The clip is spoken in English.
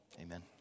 Amen